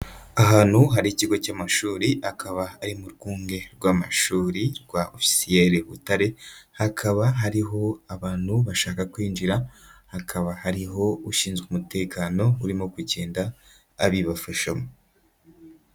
Ahantu hari ikigo cy'amashuri akaba ari mu rwunge rw'amashuri rwa ofisiyeri Butare, hakaba hariho abantu bashaka kwinjira, hakaba hariho ushinzwe umutekano urimo kugenda abibafashamo.